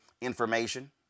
information